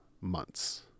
Months